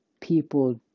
people